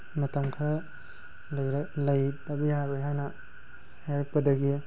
ꯃꯇꯝ ꯈꯔ ꯂꯩꯇꯕ ꯌꯥꯔꯣꯏ ꯍꯥꯏꯅ ꯍꯥꯏꯔꯛꯄꯗꯒꯤ